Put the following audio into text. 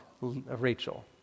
Rachel